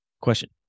Question